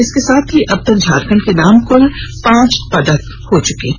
इसके साथ ही अब तक झारखंड के नाम क्ल पांच पदक हो चुके हैं